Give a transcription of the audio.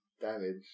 damage